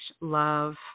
love